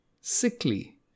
sickly